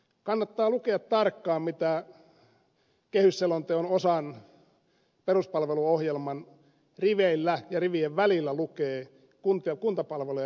kannattaa lukea tarkkaan mitä kehysselonteon osan peruspalveluohjelma riveillä ja rivien välissä lukee kuntapalvelujen rahoittamisesta